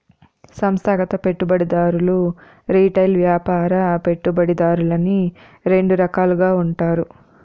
సంస్థాగత పెట్టుబడిదారులు రిటైల్ వ్యాపార పెట్టుబడిదారులని రెండు రకాలుగా ఉంటారు